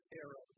era